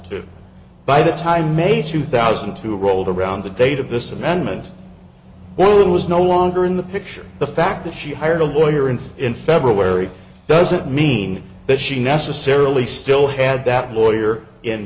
two by the time may two thousand and two rolled around the date of this amendment or was no longer in the picture the fact that she hired a lawyer in in february doesn't mean that she necessarily still had that lawyer in